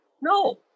No